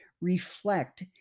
Reflect